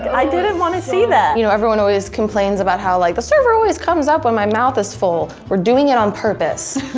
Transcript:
i didn't want to see that. you know everyone also complains about how, like, the server always comes up when my mouth is full! we're doing it on purpose.